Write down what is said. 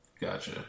Gotcha